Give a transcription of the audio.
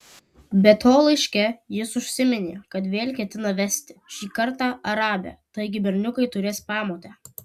be to laiške jis užsiminė kad vėl ketina vesti šį kartą arabę taigi berniukai turės pamotę